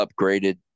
upgraded